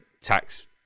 tax